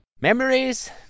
Memories